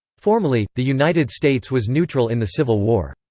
formally, the united states was neutral in the civil war.